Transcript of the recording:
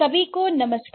सभी को नमस्कार